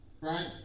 Right